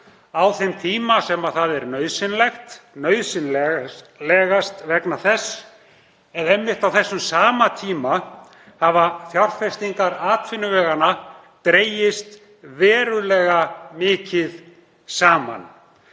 á þeim tíma sem það er nauðsynlegast vegna þess að einmitt á þessum sama tíma hafa fjárfestingar atvinnuveganna dregist verulega mikið saman.